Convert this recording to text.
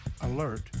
Alert